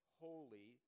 holy